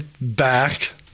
back